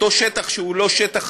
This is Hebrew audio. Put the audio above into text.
אותו שטח שהוא לא שטח